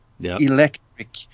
Electric